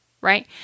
right